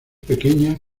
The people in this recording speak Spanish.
pequeña